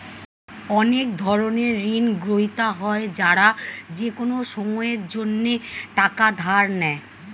অনেক ধরনের ঋণগ্রহীতা হয় যারা যেকোনো সময়ের জন্যে টাকা ধার নেয়